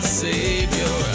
savior